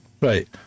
Right